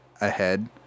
ahead